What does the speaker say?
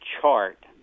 chart